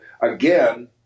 again